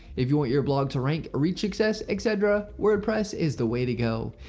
if you want your blog to rank, reach success, etc. wordpress is the way to go.